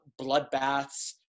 bloodbaths